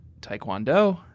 Taekwondo